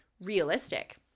realistic